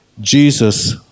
Jesus